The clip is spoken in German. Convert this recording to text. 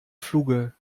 fluge